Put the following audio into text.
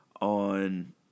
on